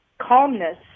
calmness